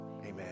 Amen